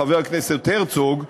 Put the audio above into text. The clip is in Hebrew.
חבר הכנסת הרצוג,